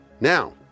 Now